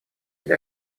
для